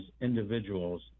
individuals